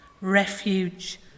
refuge